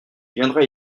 viendras